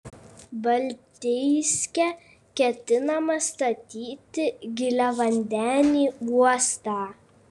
baltijske ketinama statyti giliavandenį uostą